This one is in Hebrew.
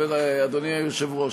אדוני היושב-ראש,